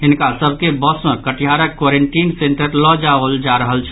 हिनका सभक के बस सँ कटिहारक क्वारेंटीन सेंटर लऽ जाओल जा रहल छल